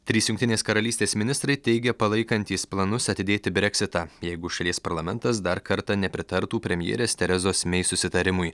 trys jungtinės karalystės ministrai teigė palaikantys planus atidėti breksitą jeigu šalies parlamentas dar kartą nepritartų premjerės terezos mei susitarimui